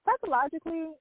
psychologically